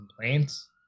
complaints